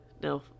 No